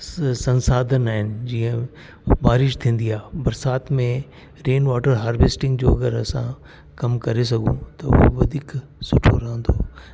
स संसाधनु आहिनि जीअं बारिश थींदी आहे बरसाति में रेन वॉटर हारवैस्टींग जो अगरि असां कम करे सघूं त हुओ वधीक सुठो रहंदो